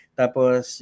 tapos